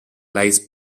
lies